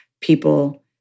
people